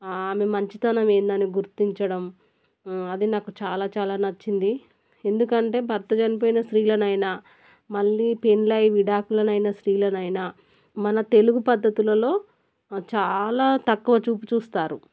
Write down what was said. ఆమె మంచితనం ఏందని గుర్తించడం అది నాకు చాలా చాలా నచ్చింది ఎందుకంటే భర్త చనిపోయిన స్త్రీలను అయినా మళ్ళీ పెళ్ళి అయి విడాకులనైన స్త్రీలనైనా మన తెలుగు పద్ధతులలో చాలా తక్కువ చూపు చూస్తారు